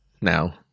now